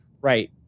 Right